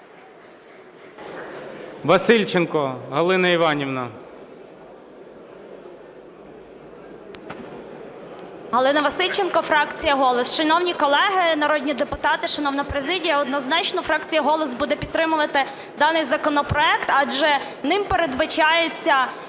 ВАСИЛЬЧЕНКО Г.І. Галина Васильченко, фракція "Голос". Шановні колеги народні депутати, шановна президія! Однозначно фракція "Голос" буде підтримувати даний законопроект, адже ним передбачається